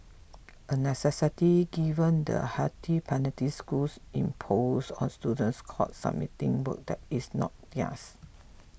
a necessity given the hefty penalties schools impose on students caught submitting work that is not theirs